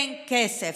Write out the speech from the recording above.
אין כסף.